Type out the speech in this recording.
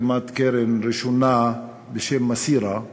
הקמת קרן ראשונה בשם "מסירה",